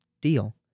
deal